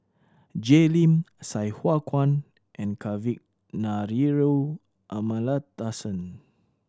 Jay Lim Sai Hua Kuan and Kavignareru Amallathasan